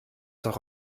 doch